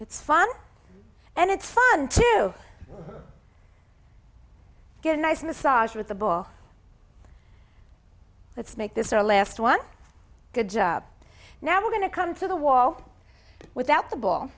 it's fun and it's fun to get a nice massage with the book let's make this our last one good job now we're going to come to the wall without the ball